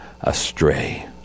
astray